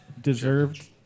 deserved